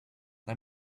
let